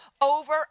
over